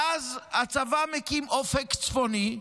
ואז הצבא מקים אופק צפוני,